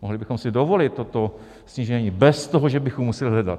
Mohli bychom si dovolil toto snížení bez toho, že bychom museli hledat.